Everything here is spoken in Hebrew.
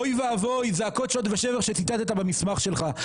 אוי ואבוי זעקות שוד ושבר שציטטת במסמך שלך,